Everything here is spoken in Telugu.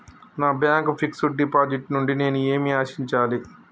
నా బ్యాంక్ ఫిక్స్ డ్ డిపాజిట్ నుండి నేను ఏమి ఆశించాలి?